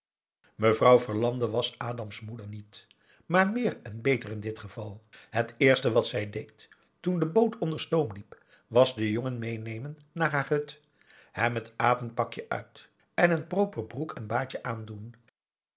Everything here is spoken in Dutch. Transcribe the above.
mevrouw verlande was adam's moeder niet maar meer en beter in dit geval het eerste wat zij deed toen de boot onder stoom liep was den jongen meenemen naar haar hut hem t apenpakje uit en n proper broek en baadje aandoen